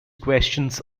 questions